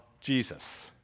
Jesus